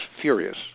furious